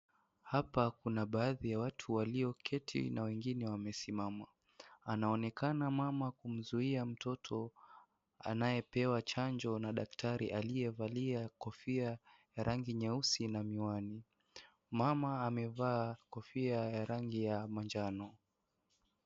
Hapa kuna baadhi ya watu walio keti na wengine wamesimama anaonekana mama kumzuia mtoto anaye pewa chanjo na daktari aliye valia kofia ya rangi nyeusi na miwani. Mama amevaa kofia ya manjano.